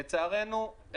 לצערנו,